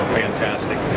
fantastic